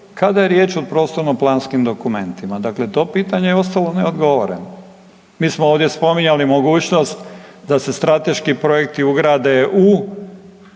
kada je riječ o prostorno planskim dokumentima? Dakle, to pitanje je ostalo neodgovoreno. Mi smo ovdje spominjali mogućnost da se strateški projekti ugrade u